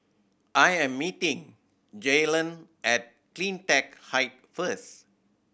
I am meeting Jaylan at Cleantech Height first